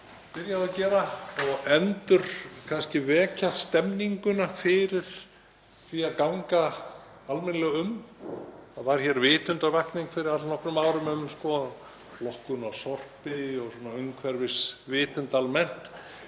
byrjað að gera og kannski endurvekja stemninguna fyrir því að ganga almennilega um. Það var hér vitundarvakning fyrir allnokkrum árum um flokkun á sorpi og umhverfisvitund almennt.